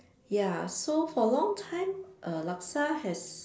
ya so for long time err laksa has